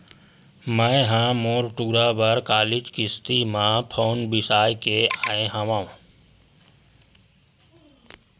मैय ह मोर टूरा बर कालीच किस्ती म फउन बिसाय के आय हँव